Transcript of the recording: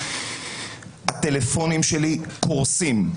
הטלפונים שלי קורסים.